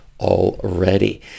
already